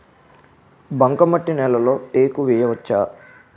బంకమట్టి నేలలో టేకు వేయవచ్చా?